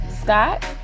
Scott